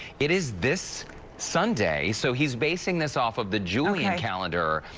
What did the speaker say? it is this sunday, so he's basing this off of the julian calendar,